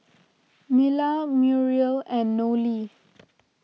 Mila Muriel and Nolie